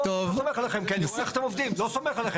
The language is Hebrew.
לא, לא.